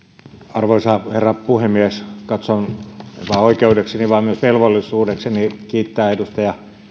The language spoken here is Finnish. arvoisa herra puhemies katson en vain oikeudekseni vaan myös velvollisuudekseni kiittää edustaja